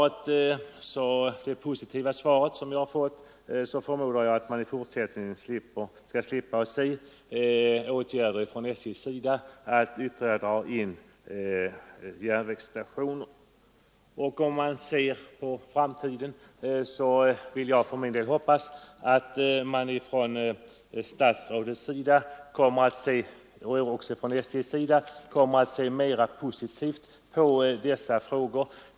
Efter det positiva svar jag nu fått förmodar jag att vi i fortsättningen skall slippa åtgärder från SJ:s sida som går ut på att dra in ytterligare järnvägsstationer, och jag hoppas att både statsrådet och SJ kommer att se mera välvilligt på dessa frågor.